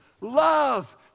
love